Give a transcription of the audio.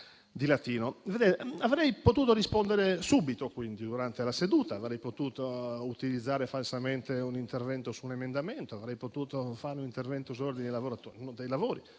Avrei potuto rispondere subito, quindi, durante la seduta, avrei potuto utilizzare falsamente un intervento su un emendamento, avrei potuto fare un intervento sull'ordine dei lavori.